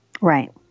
Right